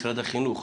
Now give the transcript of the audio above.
משרד החינוך,